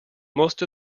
most